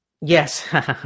Yes